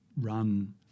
run